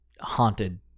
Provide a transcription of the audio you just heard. haunted